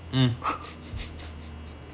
mm